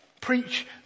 Preach